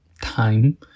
time